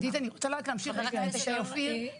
אני רוצה רק להמשיך את הדברים של אופיר,